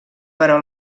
però